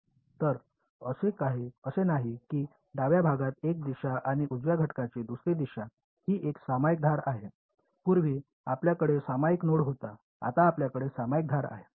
तर असे नाही की डाव्या भागावर एक दिशा आणि उजव्या घटकाची दुसरी दिशा ही एक सामायिक धार आहे पूर्वी आपल्याकडे सामायिक नोड होता आता आपल्याकडे सामायिक धार आहे